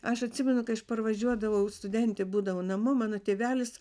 aš atsimenu kai aš parvažiuodavau studentė būdavo namo mano tėvelis